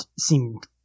seemed